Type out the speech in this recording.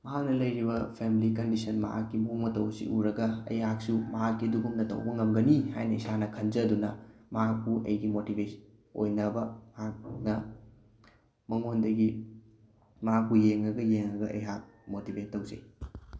ꯃꯍꯥꯛꯅ ꯂꯩꯔꯤꯕ family condition ꯃꯍꯥꯛꯀꯤ ꯃꯑꯣꯡ ꯃꯇꯧ ꯑꯁꯤ ꯎꯔꯒ ꯑꯩꯍꯥꯛꯁꯨ ꯃꯍꯥꯛꯀꯤ ꯑꯗꯨꯒꯨꯝꯅ ꯇꯧꯕꯉꯝꯒꯅꯤ ꯍꯥꯏꯅ ꯏꯁꯥꯅ ꯈꯟꯖꯗꯨꯅ ꯃꯍꯥꯛꯄꯨ ꯑꯩꯒꯤ ꯃꯣꯇꯤꯚꯦꯁꯟ ꯑꯣꯏꯅꯕ ꯑꯩꯍꯥꯛꯅ ꯃꯉꯣꯟꯗꯒꯤ ꯃꯍꯥꯛꯄꯨ ꯌꯦꯡꯉꯒ ꯌꯦꯡꯉꯒ ꯑꯩꯍꯥꯛ ꯃꯣꯇꯤꯚꯦꯠ ꯇꯧꯖꯩ